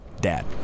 Dad